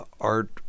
art